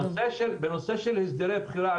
בנושא של הסדרי בחירה,